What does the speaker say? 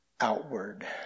outward